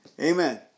Amen